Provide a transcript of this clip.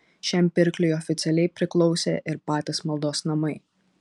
šiam pirkliui oficialiai priklausė ir patys maldos namai